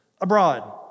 abroad